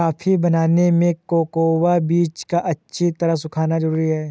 coffee बनाने में cocoa बीज का अच्छी तरह सुखना जरूरी है